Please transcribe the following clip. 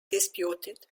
disputed